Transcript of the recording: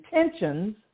intentions